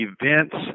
events